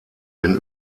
den